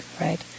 right